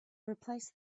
replace